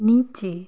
নিচে